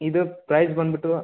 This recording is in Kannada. ಇದು ಪ್ರೈಸ್ ಬಂದ್ಬಿಟ್ಟು